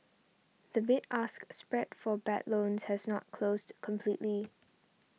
the bid ask spread for bad loans has not closed completely